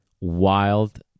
wild